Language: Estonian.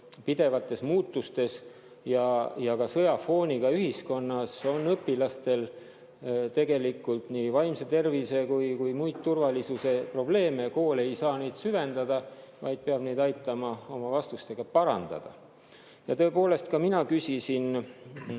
pidevates muutustes [olevas] ja ka sõjafooniga ühiskonnas on õpilastel tegelikult nii vaimse tervise kui ka muid turvalisuse probleeme, aga kool ei saa neid süvendada, vaid peab aitama olukorda oma vastustega parandada. Ja tõepoolest, ka mina küsisin